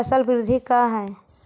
फसल वृद्धि का है?